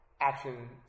action